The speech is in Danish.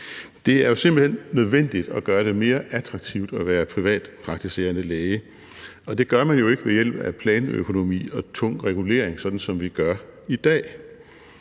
Det er simpelt hen nødvendigt at gøre det mere attraktivt at være privatpraktiserende læge, og det gør man jo ikke ved hjælp af planøkonomi og tung regulering, sådan som vi gør i dag.